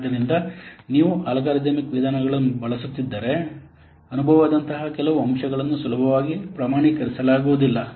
ಆದ್ದರಿಂದ ನೀವು ಅಲ್ಗಾರಿದಮಿಕ್ ವಿಧಾನಗಳನ್ನು ಬಳಸುತ್ತಿದ್ದರೆ ಅನುಭವದಂತಹ ಕೆಲವು ಅಂಶಗಳನ್ನು ಸುಲಭವಾಗಿ ಪ್ರಮಾಣೀಕರಿಸಲಾಗುವುದಿಲ್ಲ